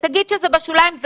תגיד שזה בשוליים,